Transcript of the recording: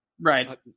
Right